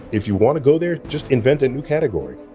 if you want to go there, just invent a new category.